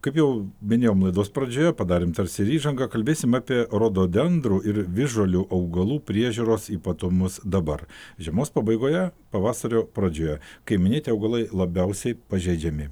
kaip jau minėjom laidos pradžioje padarėm tarsi ir įžangą kalbėsim apie rododendrų ir visžalių augalų priežiūros ypatumus dabar žiemos pabaigoje pavasario pradžioje kai minėti augalai labiausiai pažeidžiami